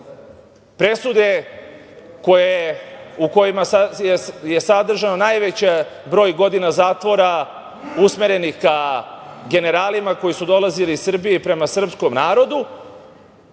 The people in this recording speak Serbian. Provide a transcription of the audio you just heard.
presude u kojima je sadržan najveći broj godina zatvora usmerenih ka generalima koji su dolazili iz Srbije prema srpskom narodu,